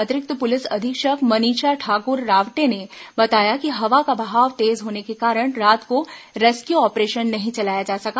अतिरिक्त पुलिस अधीक्षक मनीषा ठाकुर रावटे ने बताया कि हवा का बहाव तेज होने के कारण रात को रेस्क्यू ऑपरेशन नहीं चलाया जा सका